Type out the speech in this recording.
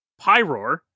Pyroar